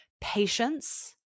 patience